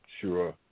Sure